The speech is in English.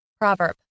Proverb